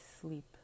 sleep